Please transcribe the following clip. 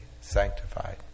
sanctified